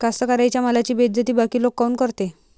कास्तकाराइच्या मालाची बेइज्जती बाकी लोक काऊन करते?